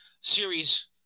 series